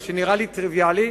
מה שנראה לי טריוויאלי,